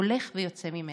הולך ויוצא ממנה.